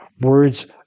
Words